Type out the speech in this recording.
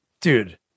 dude